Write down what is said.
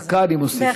דקה אני מוסיף לך.